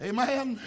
Amen